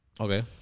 Okay